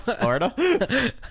Florida